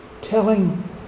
telling